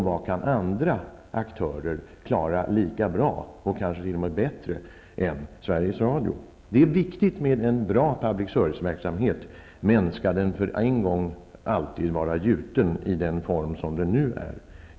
Vad kan andra aktörer klara lika bra och kanske t.o.m. bättre än Sveriges Radio? Det är viktigt med en bra publicserviceverksamhet, men skall den för alltid vara gjuten i samma form som nu?